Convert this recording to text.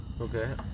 okay